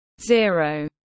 zero